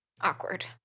Awkward